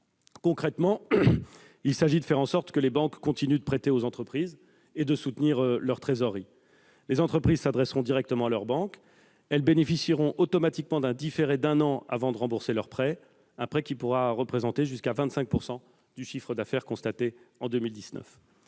Concrètement, il s'agit de faire en sorte que les banques continuent de prêter aux entreprises et de soutenir leur trésorerie. Les entreprises s'adresseront directement à leur banque et bénéficieront automatiquement d'un différé d'un an avant de rembourser leur prêt, qui pourra représenter jusqu'à 25 % du chiffre d'affaires constaté en 2019.